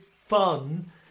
fun